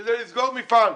שזה לסגור מפעל,